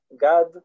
God